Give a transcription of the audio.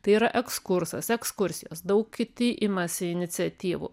tai yra ekskursas ekskursijos daug kiti imasi iniciatyvų